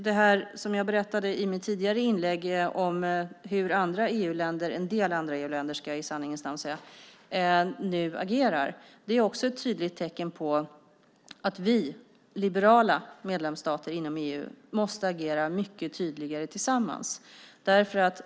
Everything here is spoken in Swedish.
Det som jag berättade i mitt tidigare inlägg, om hur en del andra EU-länder nu agerar, är också ett tydligt tecken på att vi liberala medlemsstater inom EU måste agera mycket tydligare tillsammans.